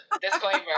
disclaimer